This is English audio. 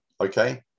okay